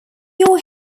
your